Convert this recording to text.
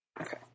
Okay